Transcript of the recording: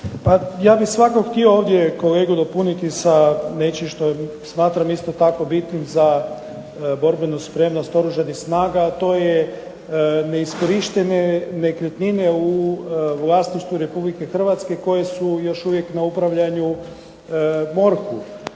ja bih svakako htio ovdje kolegu dopuniti sa nečim što smatram isto tako bitnim za borbenu spremnost Oružanih snaga, a to je neiskorištene nekretnine u vlasništvu Republike Hrvatske koje su još uvijek na upravljanju MORH-u.